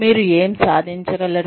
మీరు ఏమి సాధించగలరు